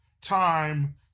Time